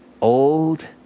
Old